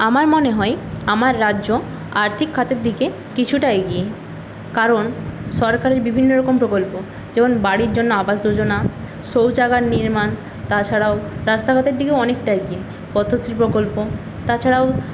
আমার মনে হয় আমার রাজ্য আর্থিক খাতের দিকে কিছুটা এগিয়ে কারণ সরকারের বিভিন্ন রকম প্রকল্প যেমন বাড়ির জন্য আবাস যোজনা শৌচাগার নির্মাণ তাছাড়াও রাস্তাঘাটের দিকেও অনেকটা এগিয়ে পথশ্রী প্রকল্প তাছাড়াও